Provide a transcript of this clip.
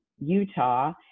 Utah